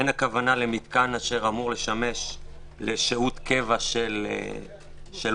אין הכוונה למתקן שאמור לשמש לשהות קבע של אורחים.